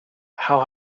how